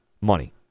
money